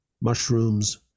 mushrooms